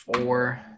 four